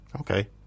Okay